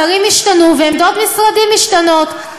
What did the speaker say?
שרים השתנו ועמדות משרדים משתנות.